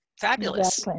fabulous